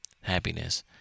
happiness